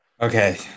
Okay